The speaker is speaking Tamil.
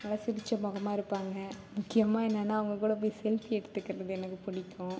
நல்லா சிரித்த முகமா இருப்பாங்க முக்கியமாக என்னென்னா அவங்ககூட போய் செல்ஃபி எடுத்துக்கிறதுக்கு எனக்கு பிடிக்கும்